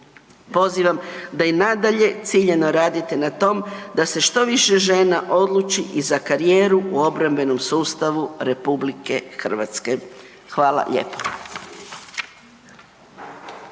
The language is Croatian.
pozivam da i nadalje ciljano radite na tome da se što više žena odluči i za karijeru u obrambenom sustavu Republike Hrvatske. Hvala lijepo.